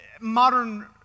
modern